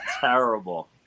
Terrible